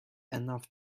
enough